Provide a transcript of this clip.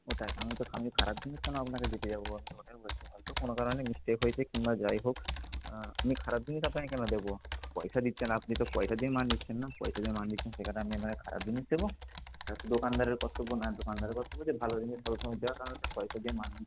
ওটাই আমি তো আমি খারাপ জিনিস কেন আপনাকে দিতে যাবো আমি ওটাই বলছি হয়তো কোনো কারণে মিসটেক হয়েছে কিংবা যাই হোক আমি খারাপ জিনিস আপনাকে কেন দেবো পয়সা নিচ্ছেন আপনি তো পয়সা দিয়েই মাল নিচ্ছেন না পয়সা দিয়ে মাল নিচ্ছেন সেখানে আমি আপনাকে খারাপ জিনিস দেবো সেটা তো দোকানদারের কর্তব্য না দোকানদারের কর্তব্য হচ্ছে ভালো জিনিস সব সময় দেওয়া কারণ হচ্ছে পয়সা দিয়ে মাল নি